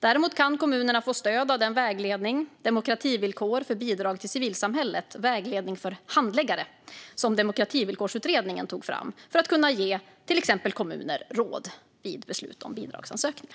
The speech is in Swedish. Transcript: Däremot kan kommunerna få stöd av den vägledning, Demokrativillkor för bidrag till civilsamhället - Vägledning för hand läggare , som Demokrativillkorsutredningen tog fram för att kunna ge till exempel kommuner råd vid beslut om bidragsansökningar.